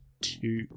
two